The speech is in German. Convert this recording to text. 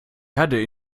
herde